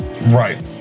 right